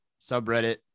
subreddit